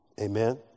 Amen